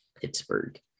pittsburgh